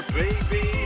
baby